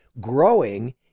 growing